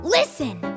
listen